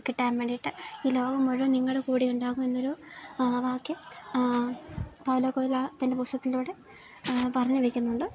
കിട്ടാൻ വേണ്ടിയിട്ട് ഈ ലോകം മുഴുവൻ നിങ്ങളുടെ കൂടെയുണ്ടാകുമെന്നൊരു വാക്യം പൗലോ കൊയ്ലോ തൻ്റെ പുസ്തകത്തിലൂടെ പറഞ്ഞുവെയ്ക്കുന്നുണ്ട്